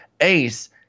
ace